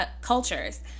cultures